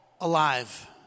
alive